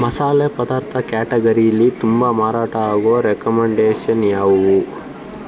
ಮಸಾಲೆ ಪದಾರ್ಥ ಕ್ಯಾಟಗರೀಲಿ ತುಂಬ ಮಾರಾಟ ಆಗುವ ರೆಕಮೆಂಡೇಷನ್ ಯಾವುವು